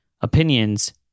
opinions